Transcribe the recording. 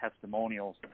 testimonials